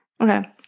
okay